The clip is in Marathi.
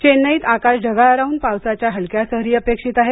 चेन्नई मध्ये आकाश ढगाळ राहून पावसाच्या हलक्या सारी अपेक्षित आहेत